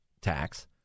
tax